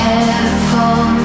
Careful